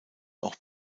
auch